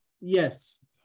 Yes